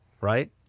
Right